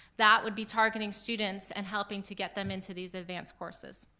that would be targeting students and helping to get them into these advanced courses.